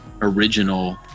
original